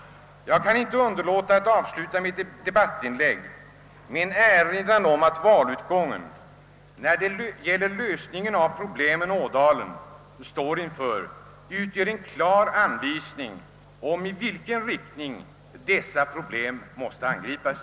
Jag kan inte underlåta att avsluta mitt debattinlägg med en erinran om att valutgången, när det gäller lösningen av problemen i Ådalen, utgör en klar anvisning om i vilken riktning dessa problem måste angripas.